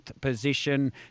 position